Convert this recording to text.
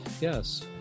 yes